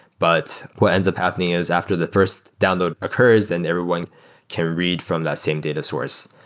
but what ends up happening is after the first download occurs and everyone can read from the same data source.